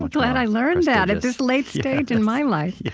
but glad i learned that at this late stage in my life yes.